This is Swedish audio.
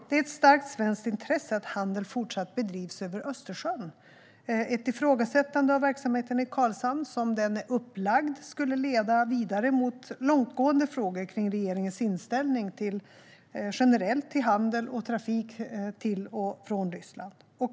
Det är ett starkt svenskt intresse att handel fortsätter att bedrivas över Östersjön. Ett ifrågasättande av verksamheten i Karlshamn, som den är upplagd, skulle leda vidare mot långtgående frågor om regeringens generella inställning till handel med och trafik till och från Ryssland.